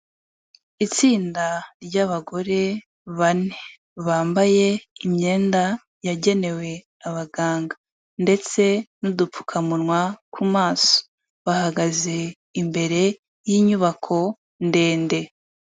Itsinda ry'abagore bane, bambaye imyenda yagenewe abaganga ndetse n'udupfukamunwa ku maso. Bahagaze imbere y'inyubako ndende.